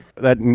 that, and